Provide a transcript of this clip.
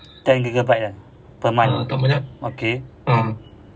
ten gigabyte kan per month okay